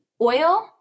oil